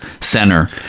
Center